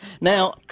Now